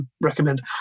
recommend